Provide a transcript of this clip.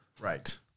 Right